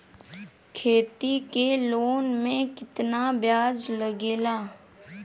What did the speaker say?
खेती के लोन में कितना ब्याज लगेला?